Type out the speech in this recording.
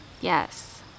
yes